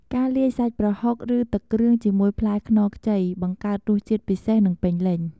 ការលាយសាច់ប្រហុក ឬទឹកគ្រឿងជាមួយផ្លែខ្នុរខ្ចី បង្កើតរសជាតិពិសេស និងពេញលេញ។